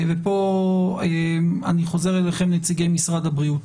ופה אני חוזר אליכם נציגי משרד הבריאות,